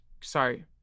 sorry